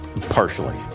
Partially